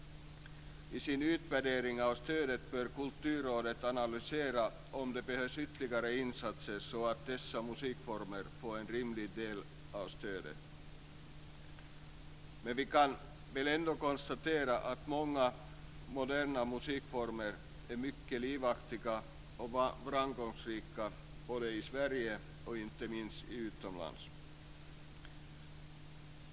I sin utvärdering av stödet bör Kulturrådet analysera om det behövs ytterligare insatser så att dessa musikformer får en rimlig del av stödet. Men vi kan väl ändå konstatera att många moderna musikformer är mycket livaktiga och framgångsrika både i Sverige och, inte minst, utomlands.